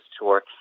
tour